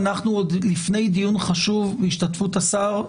ואנחנו עוד לפני דיון חשוב בהשתתפות השר.